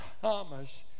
Thomas